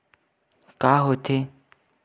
का होथे?